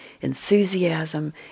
enthusiasm